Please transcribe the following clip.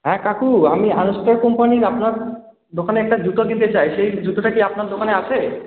হ্যাঁ কাকু আমি আর্মস্টার কোম্পানির আপনার দোকানে একটা জুতো নিতে চাই সেই জুতোটা কি আপনার দোকানে আছে